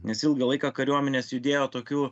nes ilgą laiką kariuomenės judėjo tokiu